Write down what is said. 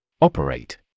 Operate